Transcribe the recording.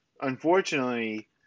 unfortunately